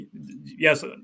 yes